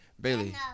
Bailey